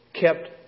kept